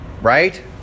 Right